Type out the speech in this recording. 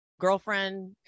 girlfriend